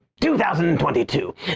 2022